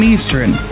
Eastern